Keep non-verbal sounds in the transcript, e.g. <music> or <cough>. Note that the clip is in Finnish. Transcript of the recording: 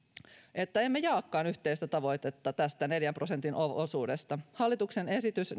että emme jaakaan yhteistä tavoitetta tästä neljän prosentin osuudesta hallituksen esitys <unintelligible>